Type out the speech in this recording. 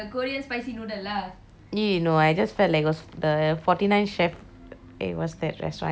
!eww! no I just felt like it was the forty nine chef it was that restaurant I think forty nine chef ah if I'm not wrong